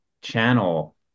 channel